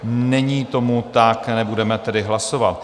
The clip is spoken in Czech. Není tomu tak, nebudeme tedy hlasovat.